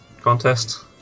Contest